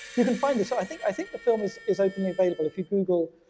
you can find this, i think, i think the film is is openly available if you google,